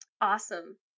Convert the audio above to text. Awesome